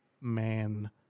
man